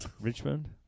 Richmond